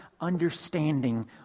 understanding